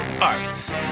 Arts